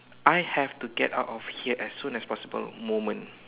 I have to get out of here as soon as possible moment